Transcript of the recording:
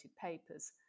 papers